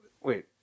Wait